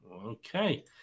Okay